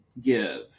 give